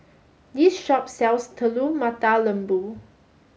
this shop sells Telur Mata Lembu